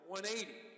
180